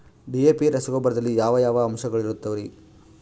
DAP ರಸಗೊಬ್ಬರದಲ್ಲಿ ಯಾವ ಯಾವ ಅಂಶಗಳಿರುತ್ತವರಿ?